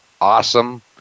awesome